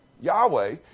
Yahweh